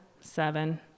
seven